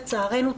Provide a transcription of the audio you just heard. לצערנו,